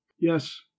yes